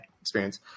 experience